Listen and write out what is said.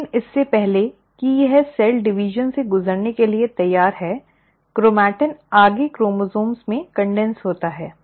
लेकिन इससे पहले कि यह कोशिका विभाजन से गुजरने के लिए तैयार है क्रोमेटिन आगे क्रोमोसोम में संघनित होता है